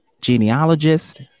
genealogist